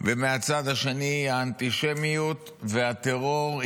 ומהצד השני האנטישמיות והטרור,